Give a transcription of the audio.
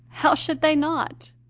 how should they not?